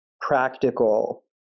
practical